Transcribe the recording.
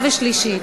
ראשי הערים,